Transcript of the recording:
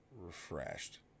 refreshed